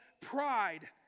pride